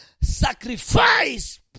sacrifice